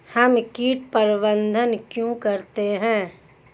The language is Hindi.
हम कीट प्रबंधन क्यों करते हैं?